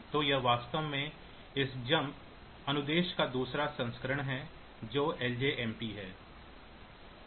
तो यह वास्तव में इस जंप अनुदेश का दूसरा संस्करण है जो लजमप है